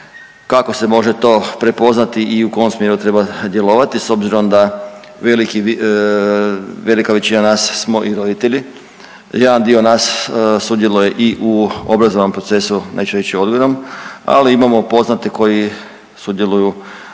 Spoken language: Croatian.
kako se može to prepoznati i u kom smjeru treba djelovati s obzirom da velika većina nas smo i roditelji. Jedan dio nas sudjeluje i u obrazovnom procesu neću reći odgojnom. Ali imamo poznate koji sudjeluju, odnosno